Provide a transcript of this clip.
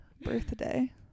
Birthday